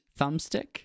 thumbstick